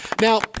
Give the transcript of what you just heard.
Now